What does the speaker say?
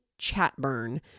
Chatburn